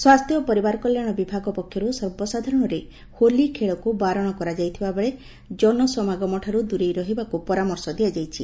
ସ୍ୱାସ୍ଥ୍ୟ ଓ ପରିବାର କଲ୍ୟାଶ ବିଭାଗ ପକ୍ଷର୍ ସର୍ବସାଧାରଣରେ ହୋଲି ଖେଳକୁ ବାରଣ କରାଯାଇଥିବାବେଳେ ଜନସମାଗମଠାରୁ ଦୂରେଇ ରହିବାକୁ ପରାମର୍ଶ ଦିଆଯାଇଛି